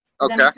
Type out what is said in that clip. Okay